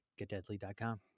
GetDeadly.com